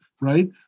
right